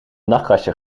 nachtkastje